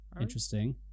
interesting